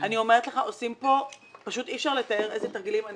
אני אומרת לך שפשוט אי אפשר לתאר איזה תרגילים עושים כאן.